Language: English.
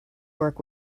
work